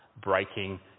breaking